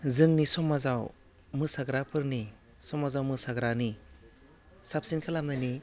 जोंनि समाजाव मोसाग्राफोरनि समाजाव मोसाग्रानि साबसिन खालामनायनि